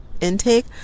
intake